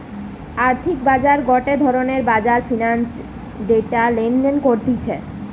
আর্থিক বাজার গটে ধরণের বাজার ফিন্যান্সের ডেটা লেনদেন করতিছে